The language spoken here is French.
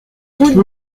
route